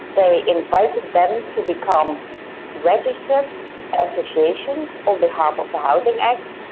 they invited them to become registered associations on behalf of the housing act,